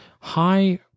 high